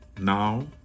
now